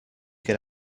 get